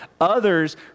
others